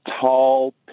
tall